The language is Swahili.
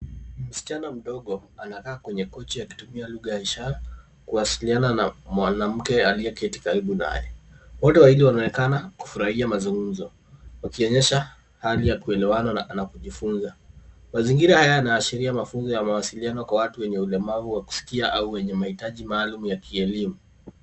Msichana mdogo, anakaa kwenye kochi akitumia lugha ya ishara kuwasiliana na mwanamke aliyeketi karibu naye. Wote wawili wanaonekana kufurahia mazungumzo, ikionyesha hali ya kuelewana na kujifunza. Mazingira haya yanaashiri mafunzo ya mawasiliano kwa watu wenye ulemavu wa kusikia au wenye mahitaji maalumu ya kielimu.